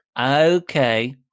Okay